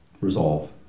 resolve